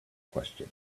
question